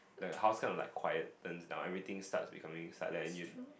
the house kinds of like quietens down everything starts becoming silent and you